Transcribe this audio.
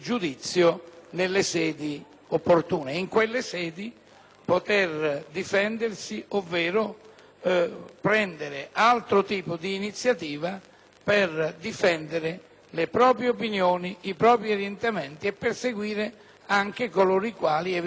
possano difendersi ovvero prendere un altro tipo di iniziative per difendere le proprie opinioni, i propri orientamenti e perseguire coloro i quali, eventualmente, abbiano offeso